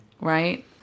right